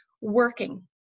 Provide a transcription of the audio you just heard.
working